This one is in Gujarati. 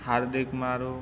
હાર્દિક મારૂ